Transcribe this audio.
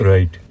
Right